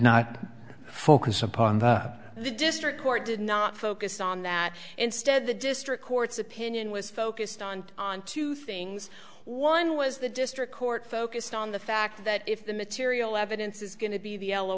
not focus upon the district court did not focus on that instead the district court's opinion was focused on on two things one was the district court focused on the fact that if the material evidence is going to be the